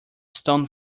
stone